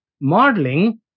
modeling